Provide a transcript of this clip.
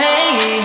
Hey